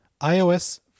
iOS